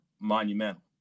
Monumental